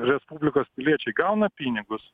respublikos piliečiai gauna pinigus